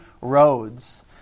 roads